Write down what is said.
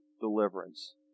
deliverance